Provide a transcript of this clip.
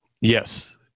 Yes